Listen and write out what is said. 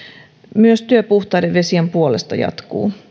myös työ puhtaiden vesien puolesta jatkuu